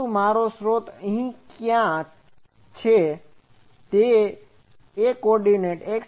પરંતુ મારો સ્રોત અહીં ક્યાંક છે અને તેના કો ઓર્ડીનેટ xyz છે